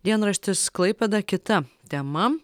dienraštis klaipėda kita tema